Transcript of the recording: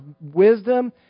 wisdom